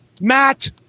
Matt